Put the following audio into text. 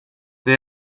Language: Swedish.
det